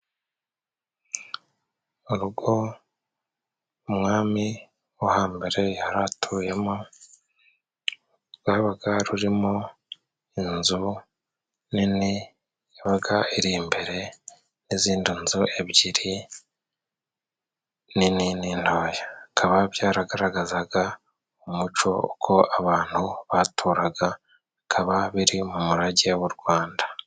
Urugo umwami wo hambere yari atuyemo, rwabaga rurimo inzu nini yabaga iri imbere, n'izindi nzu ebyiri nini n'ntoya. Bikaba byaragaragazaga umuco uko abantu baturaga bikaba biri mu murage w'u Rwanda.